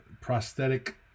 prosthetic